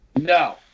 no